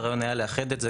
והרעיון היה לאחד את זה,